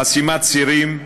חסימת צירים,